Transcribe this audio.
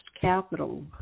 Capital